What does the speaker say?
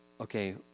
okay